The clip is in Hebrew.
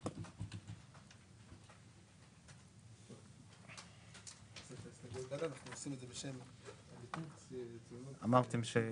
אמרתם שזה